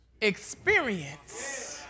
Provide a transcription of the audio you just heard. experience